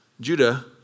Judah